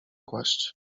kłaść